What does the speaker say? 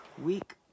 week